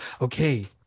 okay